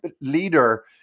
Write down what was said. leader